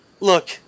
Look